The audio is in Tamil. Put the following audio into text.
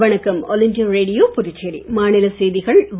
வணக்கம் ஆல் இண்டியா ரேடியோ புதுச்சேரி மாநிலச் செய்திகள் வாசிப்பவர்